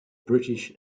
british